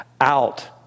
out